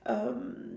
um